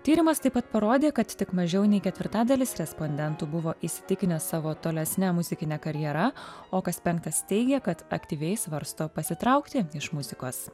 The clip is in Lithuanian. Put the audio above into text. tyrimas taip pat parodė kad tik mažiau nei ketvirtadalis respondentų buvo įsitikinę savo tolesne muzikine karjera o kas penktas teigia kad aktyviai svarsto pasitraukti iš muzikos